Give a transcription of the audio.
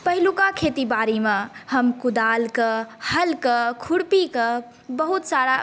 पहिलुका खेती बाड़ीमे हम कुदालके हलके खुरपीके बहुत सारा